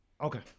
okay